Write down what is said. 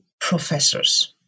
professors